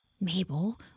Mabel